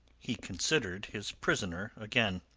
he considered his prisoner again.